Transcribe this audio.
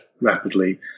rapidly